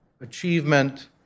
achievement